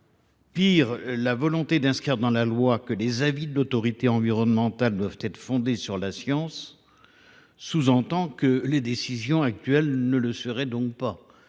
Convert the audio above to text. Pis, en proposant d’inscrire dans la loi que les avis de l’autorité environnementale doivent être fondés sur la science, on suggère que les décisions actuelles ne le sont pas